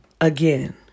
Again